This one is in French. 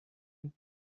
ans